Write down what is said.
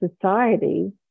society